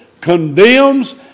Condemns